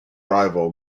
rival